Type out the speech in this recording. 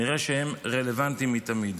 נראה שהם רלוונטיים מתמיד.